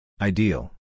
Ideal